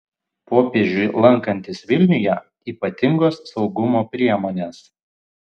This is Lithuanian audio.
popiežiui lankantis vilniuje ypatingos saugumo priemonės